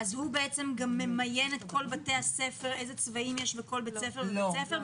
הוא גם ממיין את כל בתי הספר ואיזה צבעים יש בכל בית ספר ובית ספר?